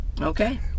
okay